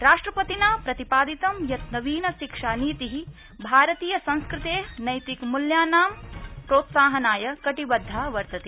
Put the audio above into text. राष्ट्रपतिना प्रतिपादितं यत् नवीन शिक्षा नीति भारतीय संस्कृते नैतिक मूल्यानां प्रोत्सहनाय कटिबदधा